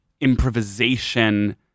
improvisation